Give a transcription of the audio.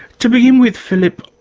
to begin with, philip,